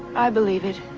i believe it.